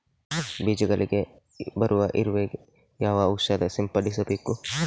ಬೀಜಗಳಿಗೆ ಬರುವ ಇರುವೆ ಗೆ ಯಾವ ಔಷಧ ಸಿಂಪಡಿಸಬೇಕು?